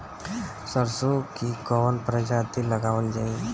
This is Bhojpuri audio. सरसो की कवन प्रजाति लगावल जाई?